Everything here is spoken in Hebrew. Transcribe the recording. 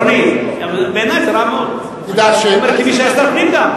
רוני, בעיני זה רע מאוד, כמי שהיה שר הפנים פעם.